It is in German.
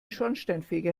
schornsteinfeger